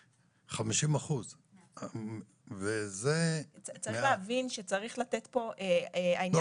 50%. צריך להבין שצריך לתת פה --- אני